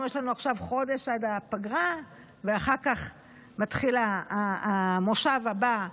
אם יש לנו עכשיו חודש עד הפגרה ואחר כך מתחיל המושב הבא,